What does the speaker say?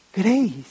Grace